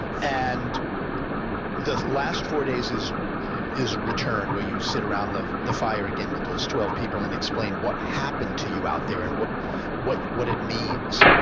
and the last four days is is return where you sit around the the fire again with those twelve people and explain what happened to you out there and what what it means.